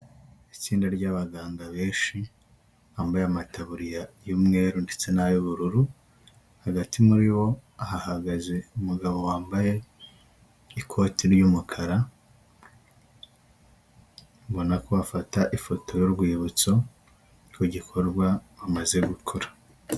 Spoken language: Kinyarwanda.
Itsinda ry'abaganga benshi bambaye amatabuririya y'umweru ndetse n'ay'ububururu, hagati muri bo hahagaze umugabo wambaye ikoti ry'umukara ubona ko afata ifoto y'urwibutso rw'igikorwa bamaze gukora.